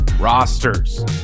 rosters